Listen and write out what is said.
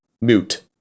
mute